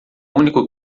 único